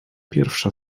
pierwsza